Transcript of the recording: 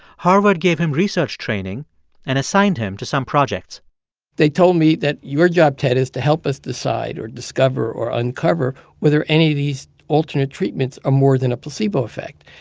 harvard gave him research training and assigned him to some projects they told me that your job, ted, is to help us decide or discover or uncover whether any of these alternate treatments are more than a placebo effect.